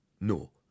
No